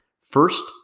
First